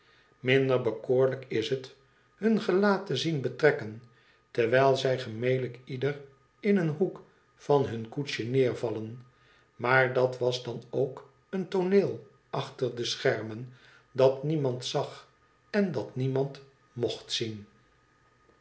minder bekoorlijk is het hun gelaat te zien betrekken terwijl zij gemelijk ieder in een hoek van hun koetsje neervallen maar dat was dan ook een tooneel achter de schermen dat niemand zag en dat niemand mocht zien